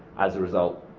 as a result,